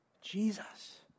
Jesus